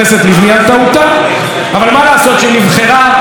אבל מה לעשות שהיא נבחרה אז מטעם הליכוד,